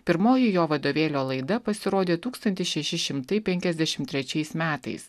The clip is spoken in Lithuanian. pirmoji jo vadovėlio laida pasirodė tūkstantis šeši šimtai penkiasdešimt trečiais metais